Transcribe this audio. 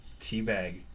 Teabag